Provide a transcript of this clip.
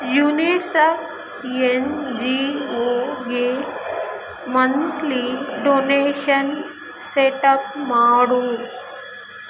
UNICEF N G ಒಗೆ monthly donation setup ಮಾಡು